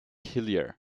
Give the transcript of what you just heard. hillier